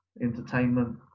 entertainment